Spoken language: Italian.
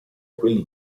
quelli